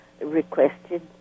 requested